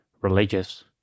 religious